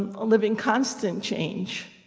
um live in constant change.